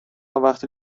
وقی